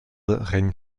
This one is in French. règne